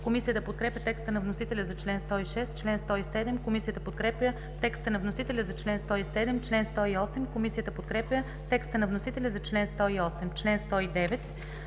Комисията подкрепя текста на вносителя за чл. 107. Комисията подкрепя текста на вносителя за чл. 108. Комисията подкрепя текста на вносителя за чл. 109.